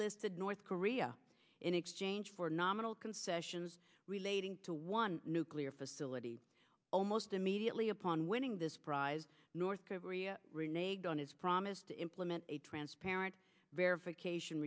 listed north korea in exchange for nominal concessions relating to one nuclear facility almost immediately upon winning this prize north korea renee go on its promise to implement a transparent verification